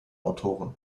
autoren